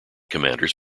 commanders